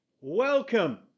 welcome